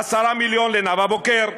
10 מיליון לנאוה בוקר,